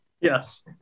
Yes